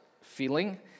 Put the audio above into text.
feeling